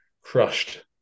crushed